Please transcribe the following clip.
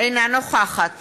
אינה נוכחת